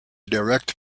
direct